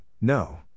no